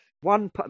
one